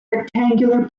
rectangular